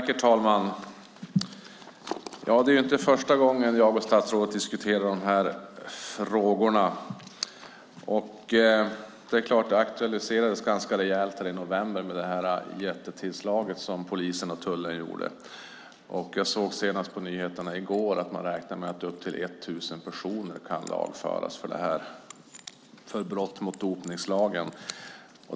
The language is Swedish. Herr talman! Det är inte första gången jag och statsrådet diskuterar dessa frågor, och de aktualiserades ganska rejält i november i och med det jättetillslag som polisen och tullen då gjorde. Jag såg senast i går på nyheterna att man räknar med att upp till 1 000 personer kan lagföras för brott mot dopningslagen.